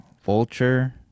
vulture